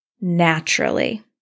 naturally